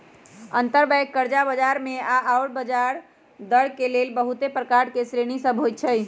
अंतरबैंक कर्जा बजार मे कर्जा आऽ ब्याजदर के लेल बहुते प्रकार के श्रेणि सभ होइ छइ